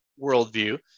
worldview